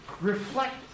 reflect